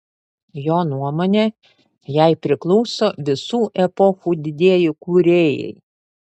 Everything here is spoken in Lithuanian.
jo nuomone jai priklauso visų epochų didieji kūrėjai